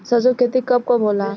सरसों के खेती कब कब होला?